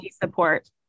support